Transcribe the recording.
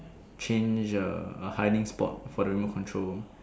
change a a hiding spot for the remote control